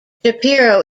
shapiro